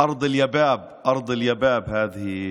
אדמת החורבן, אדמת החורבן,